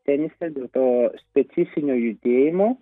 tenisą dėl to specifinio judėjimo